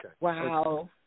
Wow